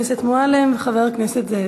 אחריו, חברת הכנסת מועלם וחבר הכנסת זאב.